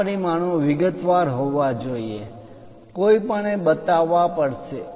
આ પરિમાણો વિગતવાર હોવા જોઈએ કોઈપણે બતાવવા લખવા પડશે